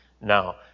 now